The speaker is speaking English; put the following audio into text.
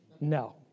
no